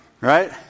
right